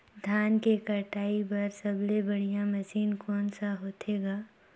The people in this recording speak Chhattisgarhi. धान के कटाई बर सबले बढ़िया मशीन कोन सा होथे ग?